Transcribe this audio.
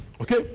Okay